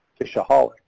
fishaholic